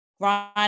Grande